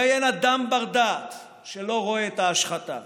הרי אין אדם בר-דעת שלא רואה את ההשחתה.